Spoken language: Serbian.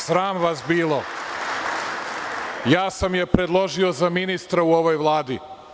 Sram vas bilo ja sam je predložio za ministra u ovoj Vladi.